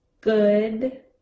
Good